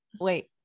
Wait